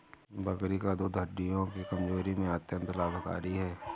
बकरी का दूध हड्डियों की कमजोरी में अत्यंत लाभकारी है